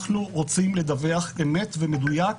אנחנו רוצים לדווח אמת ומדויק,